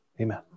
Amen